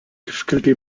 difficulty